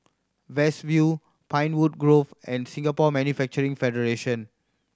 West View Pinewood Grove and Singapore Manufacturing Federation